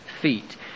feet